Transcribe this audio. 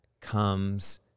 comes